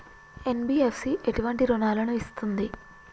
NBFC ఎటువంటి రుణాలను ఇస్తుంది?